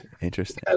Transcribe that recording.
Interesting